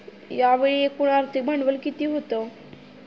यावेळी एकूण आर्थिक भांडवल किती होते?